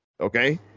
Okay